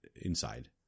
inside